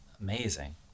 amazing